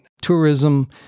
tourism